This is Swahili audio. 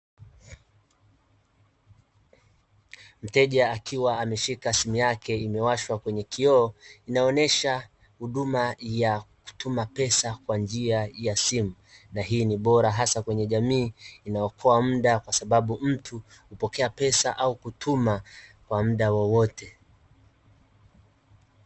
Mteja akiwa ameshika simu yake imewashwa kwenye kioo inaonyesha huduma ya kutuma pesa kwa njia ya simu, na hii ni bora hasa kwa kwenye jamii inaokoa muda kwasababu mtu hupokea pesa au kutuma kwa muda wowote.